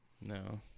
No